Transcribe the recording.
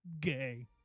gay